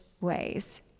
ways